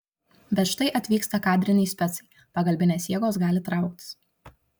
bet štai atvyksta kadriniai specai pagalbinės jėgos gali trauktis